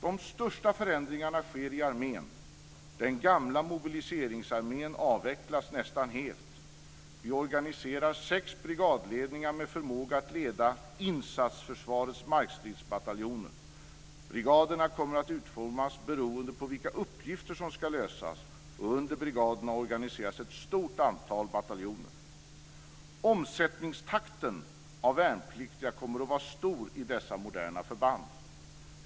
De största förändringarna sker i armén. Den gamla mobiliseringsarmén avvecklas nästan helt. Vi organiserar sex brigadledningar med förmåga att leda insatsförsvarets markstridsbataljoner. Brigaderna kommer att utformas beroende på vilka uppgifter som ska lösas, och under brigaderna organiseras ett stort antal bataljoner. Omsättningstakten av värnpliktiga kommer att vara stor i dessa moderna förband.